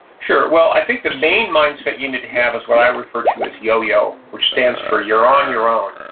sure. well, i think the mindset mindset you need to have is what i refer to as yoyo, which stands for you're on your own.